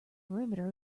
perimeter